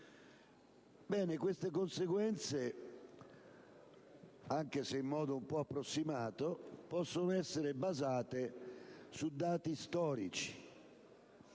Queste conseguenze, anche se in modo un po' approssimato, possono essere basate su dati storici.